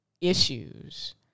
issues